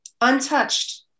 Untouched